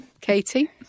Katie